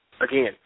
Again